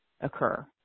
occur